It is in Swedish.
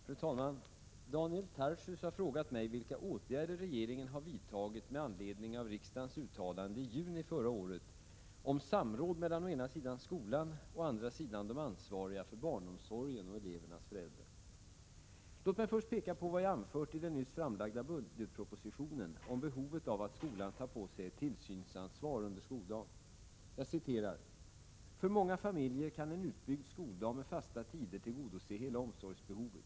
Fru talman! Daniel Tarschys har frågat mig vilka åtgärder regeringen har vidtagit med anledning av riksdagens uttalande i juni förra året om samråd mellan å ena sidan skolan och å andra sidan de ansvariga för barnomsorgen och elevernas föräldrar. Låt mig först peka på vad jag anfört i den nyss framlagda budgetpropositionen om behovet av att skolan tar på sig ett tillsynsansvar under skoldagen. Jag citerar: ”För många familjer kan en utbyggd skoldag med fasta tider tillgodose hela omsorgsbehovet.